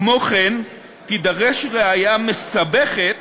כמו כן, תידרש ראיה מסבכת